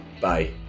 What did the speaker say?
Bye